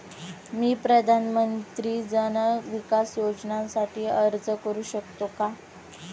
मी प्रधानमंत्री जन विकास योजनेसाठी अर्ज करू शकतो का?